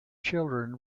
children